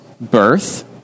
birth